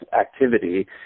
activity